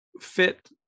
fit